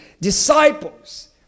disciples